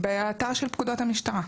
באתר של פקודות המשטרה.